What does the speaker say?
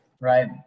Right